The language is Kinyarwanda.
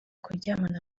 kuryamana